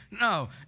No